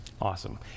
Awesome